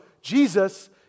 Jesus